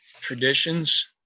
traditions